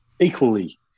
Equally